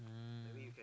mm